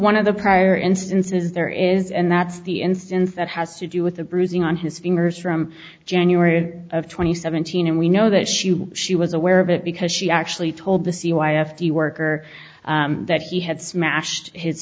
one of the prior instances there is and that's the instance that has to do with the bruising on his fingers from january of twenty seventeen and we know that she she was aware of it because she actually told the c y f the worker that he had smashed his